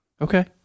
okay